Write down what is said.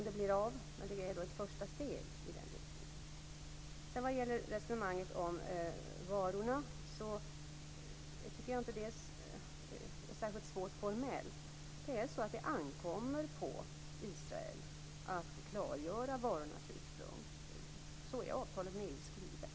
Det är ett första steg i den riktningen. Sedan var det resonemanget om varorna. Det är formellt sett inte en svår fråga. Det ankommer på Israel att klargöra varornas ursprung. Så är avtalet med EU skrivet.